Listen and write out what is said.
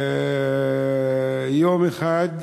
יום אחד,